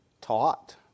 taught